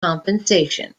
compensation